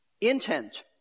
intent